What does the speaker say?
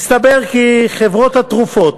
הסתבר כי חברות התרופות